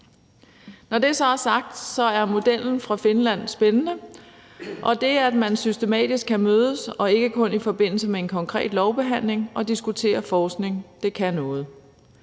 Når det så er sagt, er modellen fra Finland spændende, og det, at man systematisk kan mødes, og at det ikke kun er i forbindelse med en konkret lovbehandling, for at diskutere forskning, kan noget.